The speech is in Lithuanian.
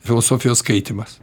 filosofijos skaitymas